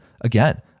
again